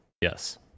Yes